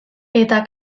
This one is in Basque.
eta